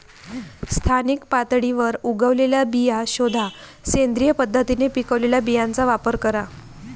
स्थानिक पातळीवर उगवलेल्या बिया शोधा, सेंद्रिय पद्धतीने पिकवलेल्या बियांचा वापर करा